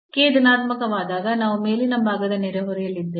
k ಧನಾತ್ಮಕವಾದಾಗ ನಾವು ಮೇಲಿನ ಭಾಗದ ನೆರೆಹೊರೆಯಲ್ಲಿದ್ದೇವೆ